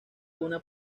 una